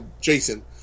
Jason